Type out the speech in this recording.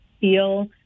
feel